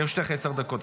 לרשותך עשר דקות,